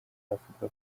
avuga